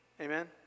amen